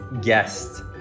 guest